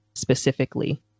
specifically